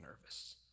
nervous